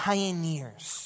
Pioneers